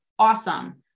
Awesome